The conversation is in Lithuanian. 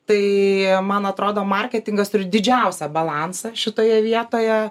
tai man atrodo marketingas turi didžiausią balansą šitoje vietoje